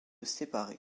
séparée